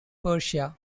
persia